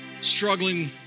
struggling